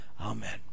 Amen